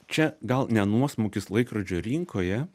čia gal ne nuosmukis laikrodžio rinkoje